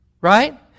right